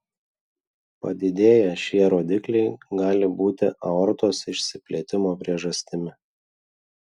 padidėję šie rodikliai gali būti aortos išsiplėtimo priežastimi